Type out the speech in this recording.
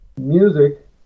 music